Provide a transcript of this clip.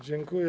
Dziękuję.